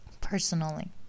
personally